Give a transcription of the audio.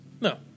No